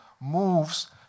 moves